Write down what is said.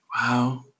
Wow